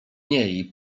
niej